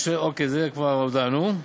את זה כבר הודענו.